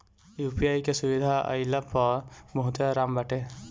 UPI के सुविधा आईला पअ बहुते आराम बाटे